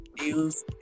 news